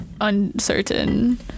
uncertain